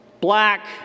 black